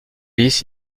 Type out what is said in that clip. lys